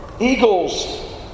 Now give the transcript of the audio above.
eagles